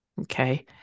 Okay